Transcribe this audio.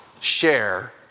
share